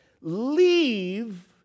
Leave